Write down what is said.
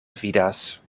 vidas